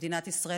במדינת ישראל,